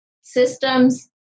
systems